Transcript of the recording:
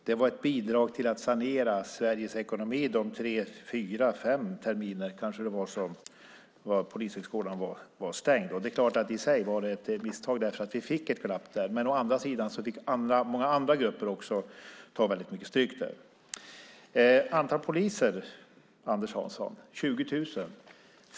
De tre, fyra, kanske fem terminer som polishögskolan var stängd var ett bidrag till att sanera Sveriges ekonomi. Det är klart att i sig var det ett misstag, därför att vi fick ett glapp där, men många andra grupper fick också ta väldigt mycket stryk då. Anders Hansson talar om antalet poliser, 20 000.